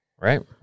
Right